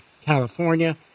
California